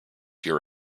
your